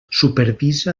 supervisa